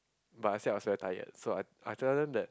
but I said I was very tired so I I tell them that